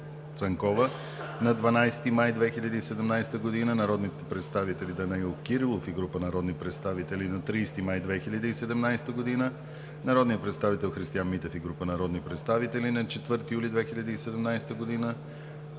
Цанкова на 12 май 2017 г.; народните представители Данаил Кирилов и група народни представители на 30 май 2017 г.; народният представител Христиан Митев и група народни представители на 4 юли 2017 г.